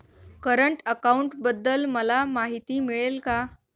Current अकाउंटबद्दल मला माहिती मिळेल का?